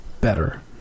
better